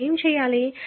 మనం ఏమి చేయాలి